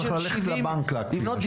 צריך ללכת לבנק להקפיא משכנתה.